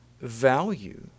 value